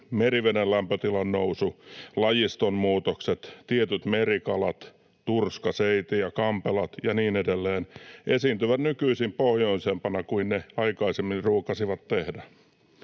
meriveden lämpötilan nousu, lajiston muutokset, tietyt merikalat, turska, seiti ja kampelat ja niin edelleen, esiintyvät nykyisin pohjoisempana kuin ne aikaisemmin ruukasivat tehdä.